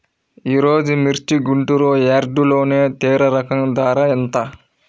ఈరోజు మిర్చి గుంటూరు యార్డులో తేజ రకం ధర ఎంత?